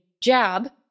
jab